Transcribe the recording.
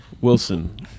wilson